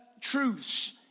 truths